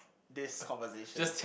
this conversation